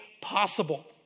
possible